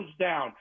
down